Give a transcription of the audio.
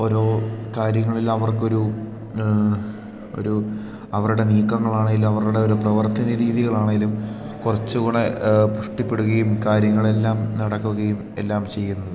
ഓരോ കാര്യങ്ങളിലവർക്കൊരു ഒരു അവരുടെ നീക്കങ്ങളാണെങ്കിലും അവരുടെ ഒരു പ്രവർത്തന രീതികളാണെങ്കിലും കുറച്ച് കൂടി പുഷ്ടിപ്പെടുകയും കാര്യങ്ങളെല്ലാം നടക്കുകയും എല്ലാം ചെയ്യുന്നത്